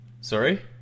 Sorry